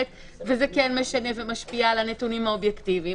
וזה כן משנה ומשפיע על הנתונים האובייקטיביים.